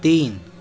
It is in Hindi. तीन